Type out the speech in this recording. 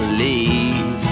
leave